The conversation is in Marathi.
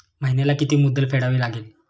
महिन्याला किती मुद्दल फेडावी लागेल?